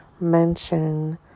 mention